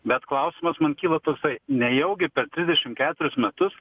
bet klausimas man kyla toksai nejaugi per trisdešimt keturis metus